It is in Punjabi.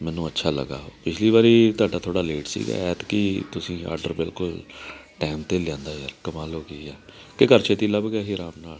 ਮੈਨੂੰ ਅੱਛਾ ਲੱਗਾ ਉਹ ਪਿਛਲੀ ਵਾਰੀ ਤੁਹਾਡਾ ਥੋੜ੍ਹਾ ਲੇਟ ਸੀਗਾ ਐਤਕੀ ਤੁਸੀਂ ਆਰਡਰ ਬਿਲਕੁਲ ਟਾਈਮ 'ਤੇ ਲਿਆਂਦਾ ਹੈਗਾ ਕਮਾਲ ਹੋ ਗਈ ਯਾਰ ਕਿ ਘਰ ਛੇਤੀ ਲੱਭ ਗਿਆ ਸੀ ਆਰਾਮ ਨਾਲ